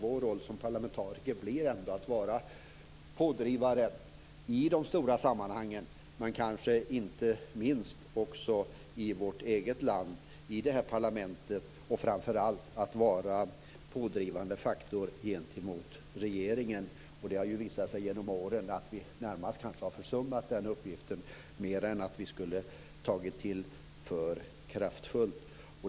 Vår roll som parlamentariker blir ändå att vara pådrivare i de stora sammanhangen, men kanske inte minst också i vårt eget land - i detta parlament och, framför allt, att vara pådrivande faktor gentemot regeringen. Det har visat sig genom åren att vi snarare har försummat den uppgiften än att vi har tagit i för kraftfullt.